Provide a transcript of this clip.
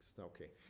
Okay